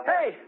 Hey